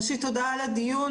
ראשית תודה על הדיון,